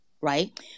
right